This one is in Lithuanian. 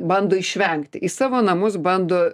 bando išvengti į savo namus bando